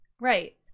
Right